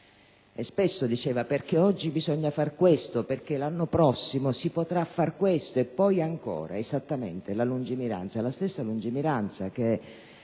E spesso diceva: perché oggi bisogna far questo, perché l'anno prossimo si potrà far quest'altro e poi ancora; esattamente la lungimiranza, la stessa lungimiranza che